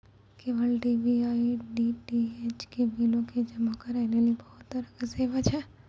cable TV आरु DTH के बिलो के जमा करै लेली बहुते तरहो के सेवा छै